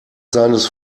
seines